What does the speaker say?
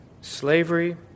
slavery